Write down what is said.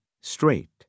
Straight